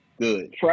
good